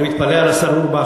אני מתפלא על השר אורבך,